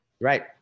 right